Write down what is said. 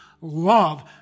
love